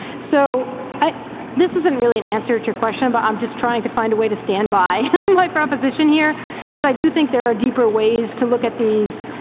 so this isn't really an answer to your question, but i'm just trying to find a way to stand by my proposition here cause i do think there are deeper ways to look at these.